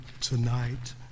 tonight